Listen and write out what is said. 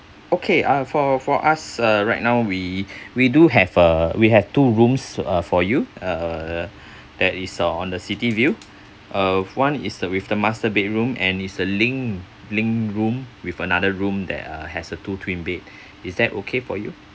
okay uh for for us uh right now we we do have a we have two rooms uh for you uh that is uh on the city view uh one is the with the master bedroom and is a linked linked room with another room that uh has a two twin bed is that okay for you